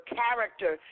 character